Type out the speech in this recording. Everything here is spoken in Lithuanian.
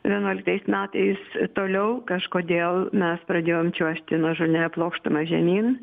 vienuoliktais metais toliau kažkodėl mes pradėjom čiuožti nuožulnia plokštuma žemyn